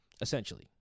essentially